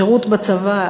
שירות בצבא,